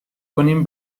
کنیم